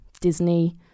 disney